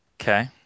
Okay